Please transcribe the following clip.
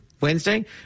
Wednesday